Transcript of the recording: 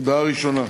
הודעה ראשונה: